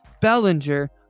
Bellinger